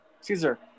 Caesar